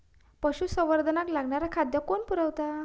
पशुसंवर्धनाक लागणारा खादय कोण पुरयता?